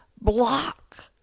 block